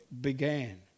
began